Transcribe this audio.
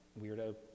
weirdo